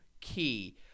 key